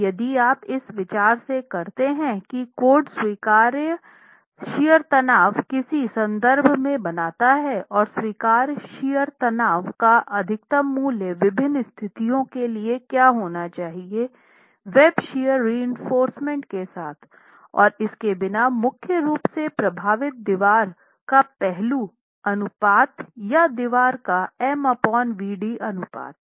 अब यदि आप इस विचार से करते हैं कि कोड स्वीकार्य शियरतनाव किस संदर्भ में बनाता है और स्वीकार्य शियर तनाव का अधिकतम मूल्य विभिन्न स्थितियों के लिए क्या होना चाहिए वेब शियर रीइनफोर्रसमेंट के साथ और इसके बिना मुख्य रूप से प्रभावित दीवार का पहलू अनुपात या दीवार का M Vd अनुपात